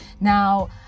Now